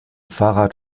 fahrrad